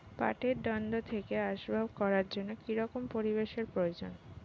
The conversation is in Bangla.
পাটের দণ্ড থেকে আসবাব করার জন্য কি রকম পরিবেশ এর প্রয়োজন?